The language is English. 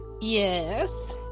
Yes